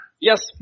Yes